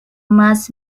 must